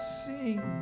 sing